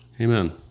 Amen